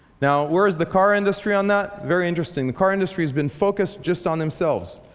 now where is the car industry on that? very interesting. the car industry has been focused just on themselves.